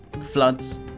floods